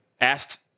asked